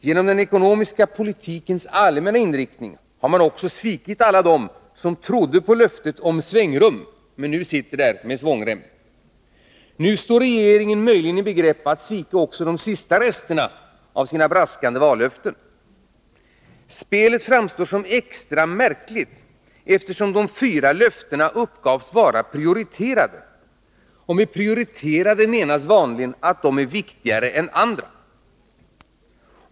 Genom den ekonomiska politikens allmänna inriktning har man också svikit alla dem som trott på löften om svängrum men nu sitter där med svångrem. Nu står regeringen möjligen i begrepp att svika också de sista resterna av sina braskande vallöften. Spelet framstår som extra märkligt, eftersom de fyra löftena uppgavs vara prioriterade — och med prioriterade menas vanligen att de är viktigare än andra.